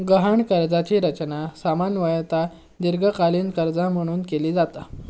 गहाण कर्जाची रचना सामान्यतः दीर्घकालीन कर्जा म्हणून केली जाता